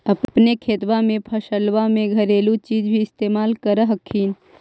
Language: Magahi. अपने खेतबा फसल्बा मे घरेलू चीज भी इस्तेमल कर हखिन?